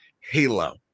Halo